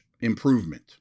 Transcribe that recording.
improvement